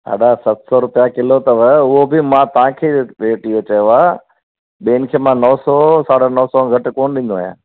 साढा सत सौ रुपिया किलो अथव उहो बि मां तव्हांखे रेट इहो चयो आहे ॿियनि खां मां नौ सौ साढा नौ सौ घटि कोन्ह ॾींदो आहियां